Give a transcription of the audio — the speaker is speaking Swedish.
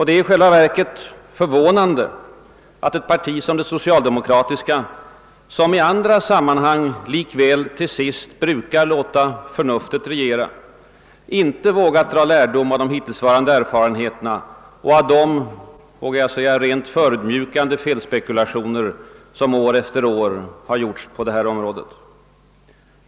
Det är i själva verket förvånande att ett parti som det socialdemokratiska, som i andra sammanhang likväl till sist brukar låta förnuftet regera, inte vågat dra lärdom av erfarenheterna och av de — vågar jag säga — rent förödmjukande felspekulationerna år efter år på detta område.